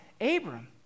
Abram